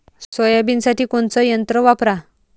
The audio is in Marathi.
सोयाबीनसाठी कोनचं यंत्र वापरा?